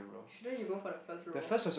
shouldn't you go for the first row